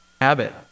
Habit